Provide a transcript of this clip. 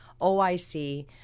OIC